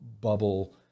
bubble